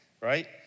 right